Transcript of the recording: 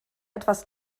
etwas